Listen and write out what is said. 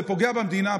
זה פוגע במדינה,